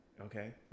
Okay